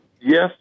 Yes